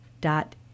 dot